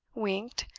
winked,